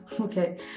Okay